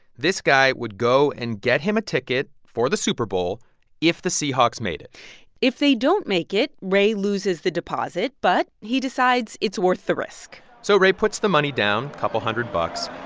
this guy would go and get him a ticket for the super bowl if the seahawks made it if they don't make it, ray loses the deposit. but he decides it's worth the risk so ray puts the money down a couple hundred bucks.